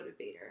motivator